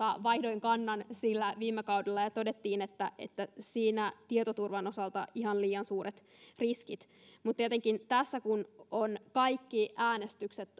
vaihdoin kannan sillä viime kaudella jo todettiin että että siinä on tietoturvan osalta ihan liian suuret riskit mutta tietenkin tässä kun kaikki äänestykset